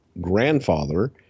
grandfather